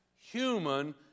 human